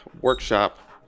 Workshop